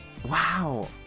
Wow